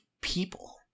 people